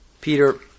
Peter